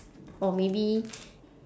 or maybe